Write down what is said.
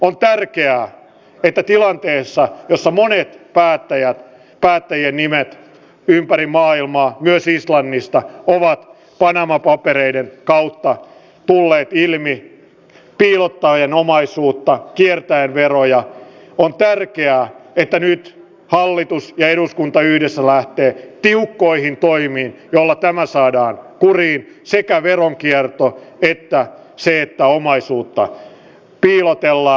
on tärkeää että tilanteessa jossa monien päättäjien nimet ympäri maailmaa myös islannista ovat panama papereiden kautta tulleet ilmi omaisuuden piilottamisen verojen kiertämisen yhteydessä nyt hallitus ja eduskunta yhdessä lähtevät tiukkoihin toimiin joilla tämä saadaan kuriin sekä veronkierto että se että omaisuutta piilotellaan